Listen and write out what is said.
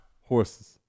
Horses